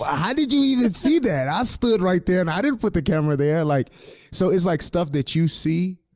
how did you even see that? i stood right there, and i didn't put the camera there. like so it's like, stuff that you see,